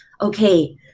okay